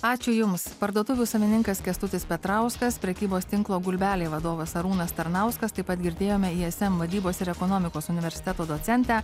ačiū jums parduotuvių savininkas kęstutis petrauskas prekybos tinklo gulbelė vadovas arūnas tarnauskas taip pat girdėjome ism vadybos ir ekonomikos universiteto docentę